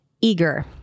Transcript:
eager